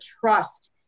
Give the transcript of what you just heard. trust